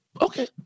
Okay